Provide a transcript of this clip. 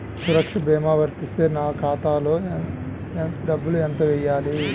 సురక్ష భీమా వర్తిస్తే నా ఖాతాలో డబ్బులు ఎంత వేయాలి?